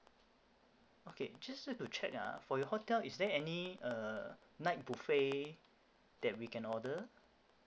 okay just like to check ah for your hotel is there any uh night buffet that we can order